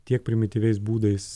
tiek primityviais būdais